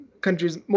countries